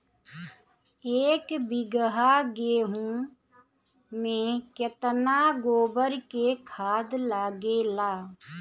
एक बीगहा गेहूं में केतना गोबर के खाद लागेला?